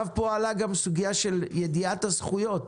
פה גם עלתה סוגיה של ידיעת הזכויות.